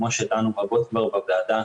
כמו שדנו רבות כבר בוועדה,